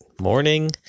morning